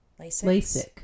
LASIK